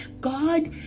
God